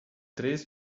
três